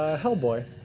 ah hellboy.